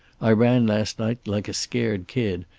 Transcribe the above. i ran last night like a scared kid,